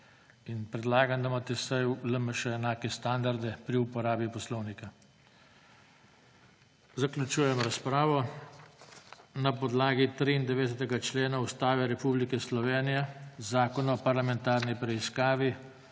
In predlagam, da imate vsaj v LMŠ enake standarde pri uporabi poslovnika. Zaključujem razpravo. Na podlagi 93. člena Ustave Republike Slovenije, Zakona o parlamentarni preiskavi,